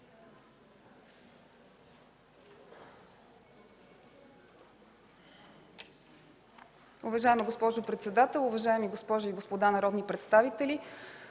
Уважаеми господин председател, уважаеми дами и господа народни представители!